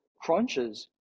crunches